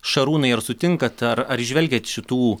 šarūnai ar sutinkat ar ar įžvelgiat šitų